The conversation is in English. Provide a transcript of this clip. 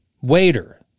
Waiter